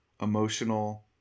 emotional